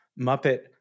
Muppet